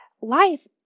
life